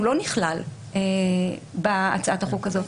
הוא לא נכלל בהצעת החוק הזאת.